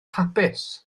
hapus